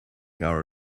our